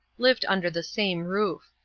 lived under the same roof.